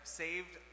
saved